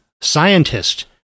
scientist